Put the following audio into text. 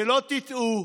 שלא תטעו,